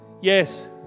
Yes